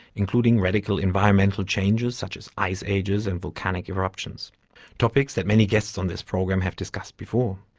including radical environmental changes such as ice ages and volcanic eruptions topics that many guests on this program have discussed before.